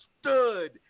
stood